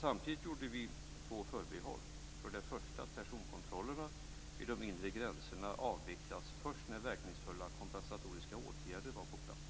Samtidigt gjorde vi två förbehåll. För det första skulle personkontrollerna vid de inre gränserna avvecklas först när verkningsfulla kompensatoriska åtgärder var på plats,